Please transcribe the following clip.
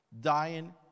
dying